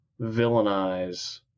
villainize